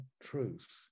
truth